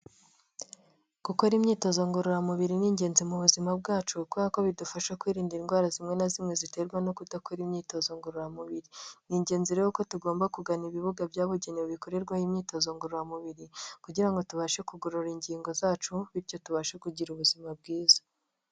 Gukora imyitozo ngororamubiri ni ingenzi mu buzima bwacu, kubera ko bidufasha kwirinda indwara zimwe na zimwe ziterwa no kudakora imyitozo ngororamubiri, ni ingenzi rero ko tugomba kugana ibibuga byabugenewe bikorerwaho imyitozo ngororamubiri kugira ngo tubashe kugorora ingingo zacu bityo tubashe kugira ubuzima bwiza.